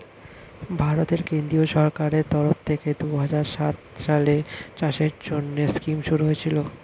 ভারতের কেন্দ্রীয় সরকারের তরফ থেকে দুহাজার সাত সালে চাষের জন্যে স্কিম শুরু হয়েছিল